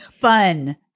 Fun